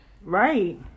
Right